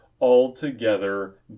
Altogether